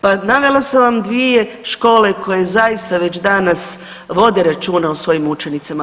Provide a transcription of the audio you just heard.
Pa navela sam vam dvije škole koje zaista već danas vode računa o svojim učenicama.